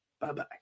bye-bye